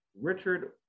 Richard